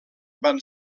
van